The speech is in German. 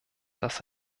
dass